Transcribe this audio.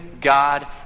God